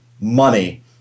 money